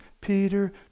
Peter